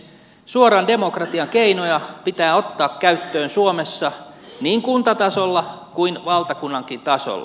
suoran demokratian keinoja pitää ottaa käyttöön suomessa niin kuntatasolla kuin valtakunnankin tasolla